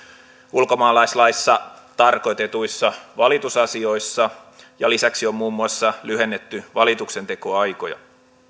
ulkomaalaislaissa tarkoitetuissa valitusasioissa ja lisäksi on muun muassa lyhennetty valituksentekoaikoja